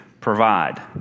provide